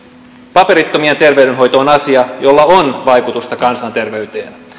paperittomien terveydenhoito on asia jolla on vaikutusta kansanterveyteen